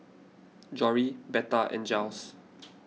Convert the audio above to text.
Jory Betha and Jiles